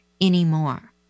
anymore